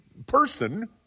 person